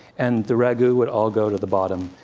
and the ragu would all go to the bottom,